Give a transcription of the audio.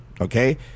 Okay